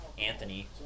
Anthony